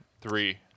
Three